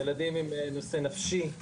ילדים עם נושא נפשי,